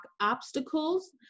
obstacles